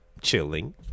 Chilling